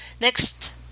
Next